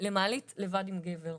למעלית לבד עם גבר.